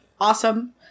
awesome